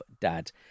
Dad